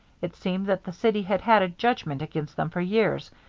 it seemed that the city had had a judgment against them for years,